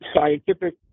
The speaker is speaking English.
scientific